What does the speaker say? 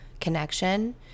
connection